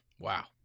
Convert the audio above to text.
Wow